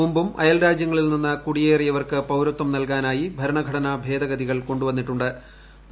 മുമ്പും അയൽ രാജ്യങ്ങളിൽ നിന്നു കുടിയേറിയവർക്ക് പൌരത്വം നല്കാനായി ഭരണഘടനാ ഭേദഗതികൾ കൊ ു വന്നിട്ടു ്